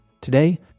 Today